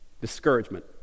discouragement